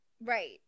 right